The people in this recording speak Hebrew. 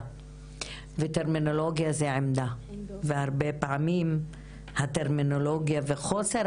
עמדה וטרמינולוגיה זה עמדה והרבה פעמים הטרמינולוגיה וחוסר